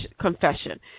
confession